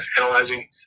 analyzing